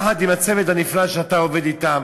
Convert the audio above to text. יחד עם הצוות הנפלא שאתה עובד אתם.